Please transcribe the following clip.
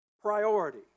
priority